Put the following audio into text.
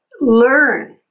Learn